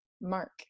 Mark